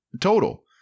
total